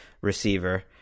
receiver